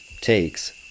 takes